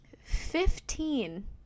Fifteen